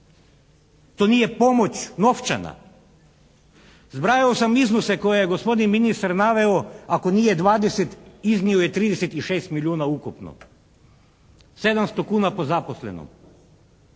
To nije pomoć novčana. Zbrajao sam iznose koje je gospodin ministar naveo, ako nije 20 iznio je 36 milijuna ukupno, 700 kuna po zaposlenom.